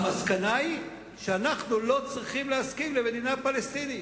המסקנה היא שאנחנו לא צריכים להסכים למדינה פלסטינית.